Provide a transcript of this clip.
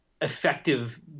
effective